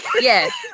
Yes